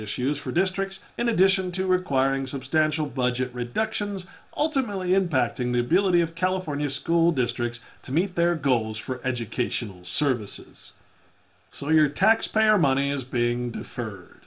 issues for districts in addition to requiring substantial budget reductions ultimately impacting the ability of california school districts to meet their goals for educational services so your taxpayer money is being